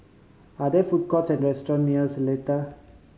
are there food courts or restaurant near Seletar